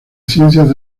ciencias